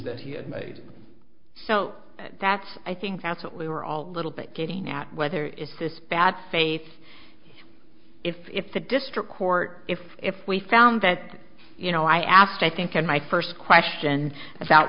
that he had made so that's i think that's what we were all a little bit getting at whether it's this bad faith if the district court if if we found that you know i asked i think in my first question about